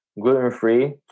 gluten-free